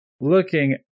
Looking